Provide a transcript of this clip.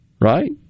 right